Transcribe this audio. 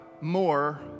more